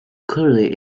clearly